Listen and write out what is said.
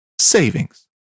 savings